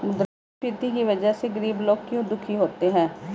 मुद्रास्फीति की वजह से गरीब लोग क्यों दुखी होते हैं?